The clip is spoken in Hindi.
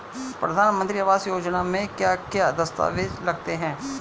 प्रधानमंत्री आवास योजना में क्या क्या दस्तावेज लगते हैं?